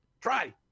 try